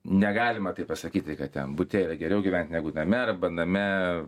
negalima taip pasakyti kad ten bute yra geriau gyvent negu name arba name